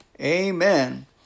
Amen